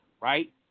right